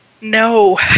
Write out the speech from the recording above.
No